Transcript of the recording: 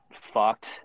fucked